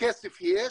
כסף יש,